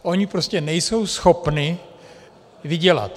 Ony prostě nejsou schopny vydělat.